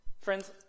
Friends